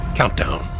countdown